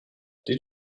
did